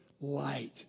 light